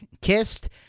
kissed